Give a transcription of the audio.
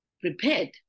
prepared